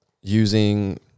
using